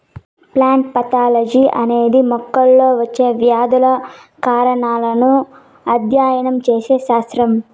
plant pathology అనేది మొక్కల్లో వచ్చే వ్యాధుల కారణాలను అధ్యయనం చేసే శాస్త్రం